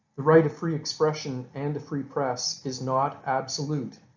the right of free expression and the free press is not absolute,